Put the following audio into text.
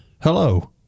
Hello